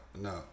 no